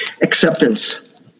acceptance